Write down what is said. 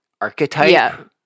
archetype